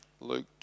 luke